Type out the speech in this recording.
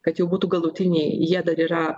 kad jau būtų galutiniai jie dar yra